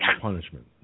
punishment